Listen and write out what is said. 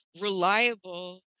reliable